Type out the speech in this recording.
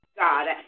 God